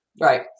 Right